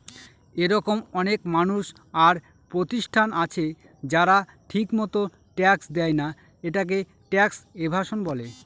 এরকম অনেক মানুষ আর প্রতিষ্ঠান আছে যারা ঠিকমত ট্যাক্স দেয়না, এটাকে ট্যাক্স এভাসন বলে